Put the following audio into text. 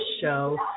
show